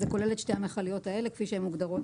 זה כולל את שתי המכליות הללו כפי שהן מוגדרות